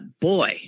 Boy